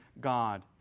God